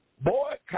Boycott